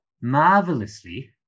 marvelously